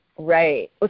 Right